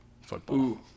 football